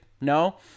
No